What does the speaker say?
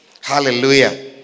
Hallelujah